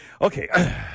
Okay